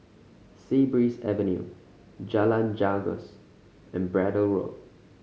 Sea Breeze Avenue Jalan Janggus and Braddell Road